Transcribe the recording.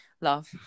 love